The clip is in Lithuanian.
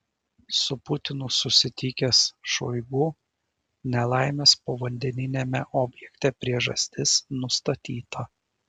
su putinu susitikęs šoigu nelaimės povandeniniame objekte priežastis nustatyta